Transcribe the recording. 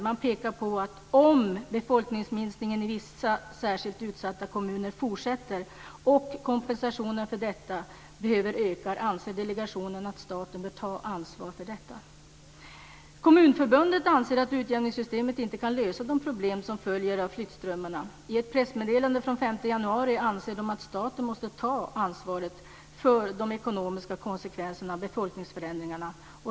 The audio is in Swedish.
Man pekar på att "om befolkningsminskningen i vissa särskilt utsatta kommuner fortsätter och kompensationen för detta behöver öka anser delegationen att staten bör ta ansvar för detta". Kommunförbundet anser att utjämningssystemet inte kan lösa de problem som följer av flyttströmmarna. I ett pressmeddelande från den 5 januari anser man att staten måste ta ett ansvar för de ekonomiska konsekvenserna av befolkningsförändringarna.